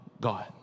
God